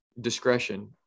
discretion